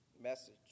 message